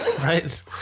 Right